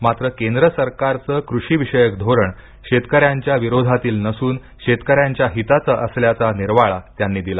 मात्र केंद्र सरकारचं कृषिविषयक धोरण शेतकऱ्यांच्या विरोधातील नसून शेतकऱ्यांच्या हिताचं असल्याचा निर्वाळा त्यांनी दिला